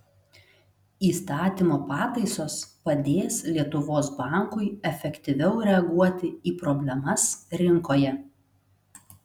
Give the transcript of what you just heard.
įstatymo pataisos padės lietuvos bankui efektyviau reaguoti į problemas rinkoje